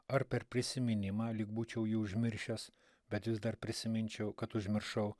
ar per prisiminimą lyg būčiau jį užmiršęs bet vis dar prisiminčiau kad užmiršau